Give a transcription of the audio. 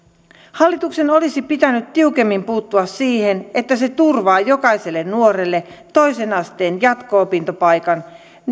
hallituksen olisi pitänyt tiukemmin puuttua siihen että se turvaa jokaiselle nuorelle toisen asteen jatko opintopaikan